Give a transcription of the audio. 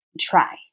try